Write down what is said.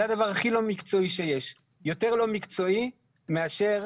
זה יותר לא מקצועי מאשר